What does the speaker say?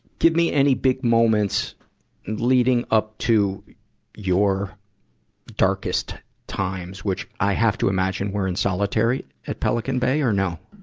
give me any big moments leading up to your darkest times, which i have to imagine were in solitary at pelican bay, or no?